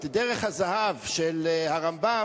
את דרך הזהב של הרמב"ם,